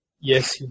yes